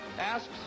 asks